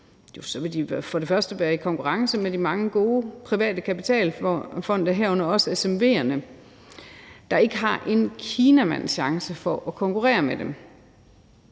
først og fremmest være i konkurrence med de mange gode private kapitalfonde, herunder også SMV'erne, der ikke har en kinamands chance for at konkurrere med dem.